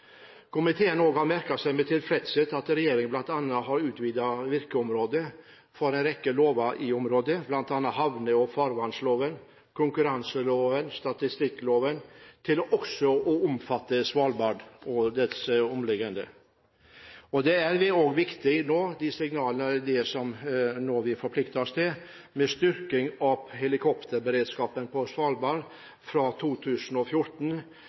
Komiteen har med tilfredshet merket seg at regjeringen bl.a. har utvidet virkeområdet for en rekke lover for området, bl.a. havne- og farvannsloven, konkurranseloven og statistikkloven, til også å omfatte Svalbard og omliggende områder. Det vi nå forplikter oss til, med styrkingen av helikopterberedskapen på Svalbard fra 2014